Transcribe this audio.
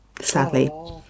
sadly